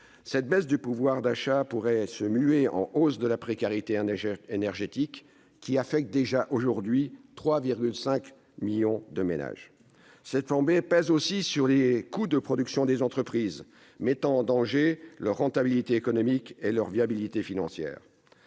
cette baisse du pouvoir d'achat pourrait se muer en hausse de la précarité énergétique, laquelle affecte d'ores et déjà 3,5 millions de ménages. Cette flambée pèse aussi sur les coûts de production des entreprises, mettant en danger leur rentabilité économique et leur viabilité financière.